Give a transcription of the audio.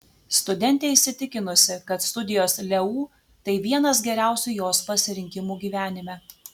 studentė įsitikinusi kad studijos leu tai vienas geriausių jos pasirinkimų gyvenime